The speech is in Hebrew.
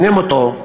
לפני מותו,